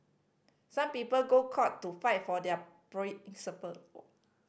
some people go court to fight for their principle